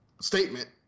statement